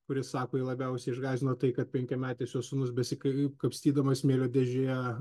kuris sako jį labiausiai išgąsdino tai kad penkiametis jo sūnus besikaip kapstydamas smėlio dėžėje